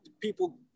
people